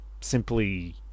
simply